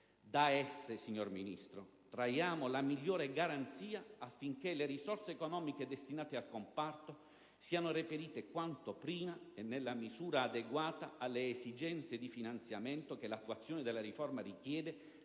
Da esse traiamo la migliore garanzia che le risorse economiche destinate al comparto siano reperite quanto prima e nella misura adeguata alle esigenze di finanziamento che l'attuazione della riforma richiede,